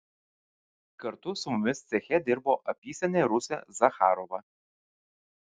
kartu su mumis ceche dirbo apysenė rusė zacharova